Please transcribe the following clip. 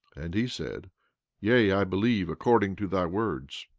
and he said yea, i believe according to thy words.